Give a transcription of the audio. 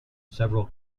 several